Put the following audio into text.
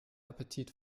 appetit